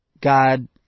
God